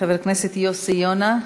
חבר הכנסת יוסי יונה,